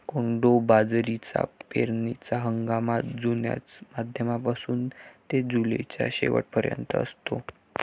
कोडो बाजरीचा पेरणीचा हंगाम जूनच्या मध्यापासून ते जुलैच्या शेवट पर्यंत असतो